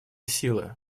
силы